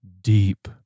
deep